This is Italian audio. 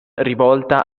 rivolta